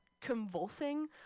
convulsing